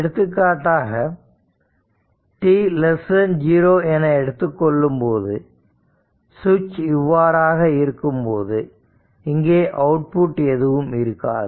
எடுத்துக்காட்டாக t0 என எடுத்துக்கொள்ளும்போது சுவிட்ச் இவ்வாறாக இருக்கும்போது இங்கே அவுட்புட் எதுவும் இருக்காது